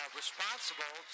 responsible